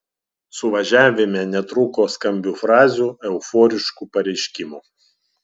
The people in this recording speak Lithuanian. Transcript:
suvažiavime netrūko skambių frazių euforiškų pareiškimų